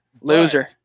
Loser